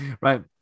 Right